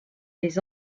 les